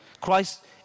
Christ